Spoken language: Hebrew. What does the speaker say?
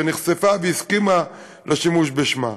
שנחשפה והסכימה לשימוש בשמה,